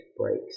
breaks